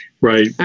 Right